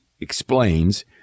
explains